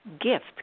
gift